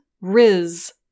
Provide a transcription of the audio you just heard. Riz